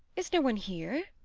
is no one here?